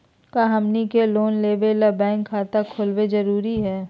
का हमनी के लोन लेबे ला बैंक खाता खोलबे जरुरी हई?